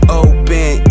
open